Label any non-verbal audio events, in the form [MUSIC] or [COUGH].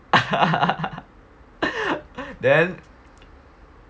[LAUGHS] then